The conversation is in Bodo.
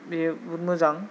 बेयो बहुथ मोजां